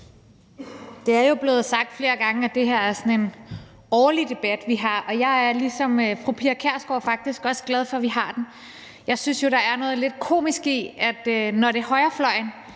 Det er jo blevet sagt flere gange, at det her er sådan en årlig debat, vi har, og jeg er ligesom fru Pia Kjærsgaard faktisk også glad for, at vi har den. Jeg synes jo, der er noget lidt komisk i, at når det er højrefløjen,